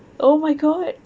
oh my god